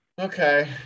Okay